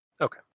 Okay